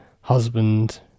husband